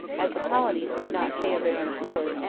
as the colonies would not pay of their own accord,